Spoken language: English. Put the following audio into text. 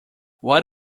what